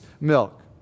milk